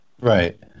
Right